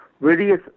various